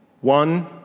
one